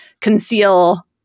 conceal